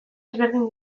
ezberdin